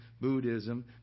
Buddhism